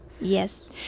yes